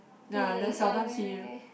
ya they seldom see him